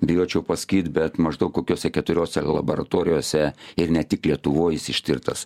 bijočiau pas bet maždaug kokiose keturiose laboratorijose ir ne tik lietuvoj jis ištirtas